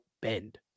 bend